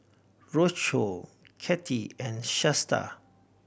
Roscoe Cathie and Shasta